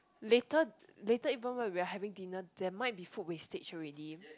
later later even when we are having dinner there might be food wastage already